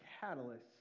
catalyst